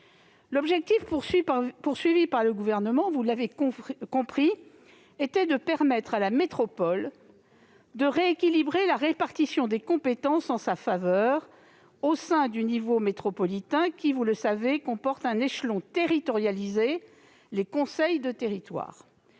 L'objectif du Gouvernement, vous l'avez compris, était de permettre à la métropole de rééquilibrer la répartition des compétences en sa faveur au sein du niveau métropolitain, qui comporte un échelon territorialisé, les conseils de territoire.